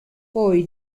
poi